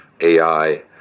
ai